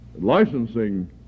licensing